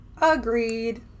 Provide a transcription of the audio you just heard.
Agreed